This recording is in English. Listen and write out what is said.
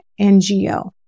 NGO